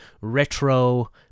retro